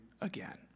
again